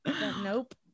Nope